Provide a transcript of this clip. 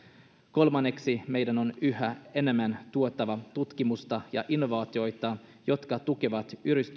kolmanneksi meidän enemmän tuettava tutkimusta ja innovaatioita jotka tukevat